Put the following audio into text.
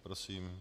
Prosím.